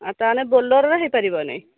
ଆଉ ତାହାଲେ ବୋଲେରୋରେ ହେଇ ପାରିବନି